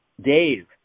Dave